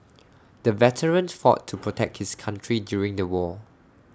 the veteran fought to protect his country during the war